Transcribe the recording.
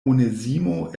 onezimo